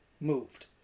moved